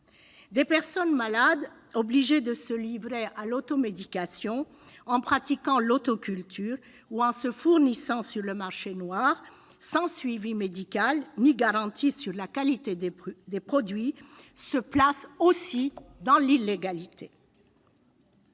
Des personnes malades, obligées de se livrer à l'automédication en pratiquant l'auto-culture ou en se fournissant sur le marché noir sans suivi médical ni garantie quant à la qualité des produits, se placent également dans l'illégalité.